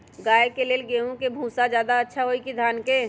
गाय के ले गेंहू के भूसा ज्यादा अच्छा होई की धान के?